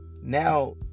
now